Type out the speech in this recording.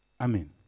Amen